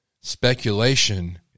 speculation